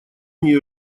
нее